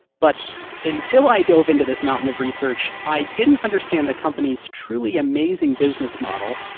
but until i dove into this mountain of research, i didn't understand the company's truly amazing business model.